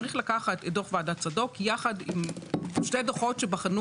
צריך לקחת את דוח ועדת צדוק יחד עם שתי דוחות שבחנו